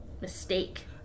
mistake